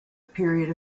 period